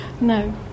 No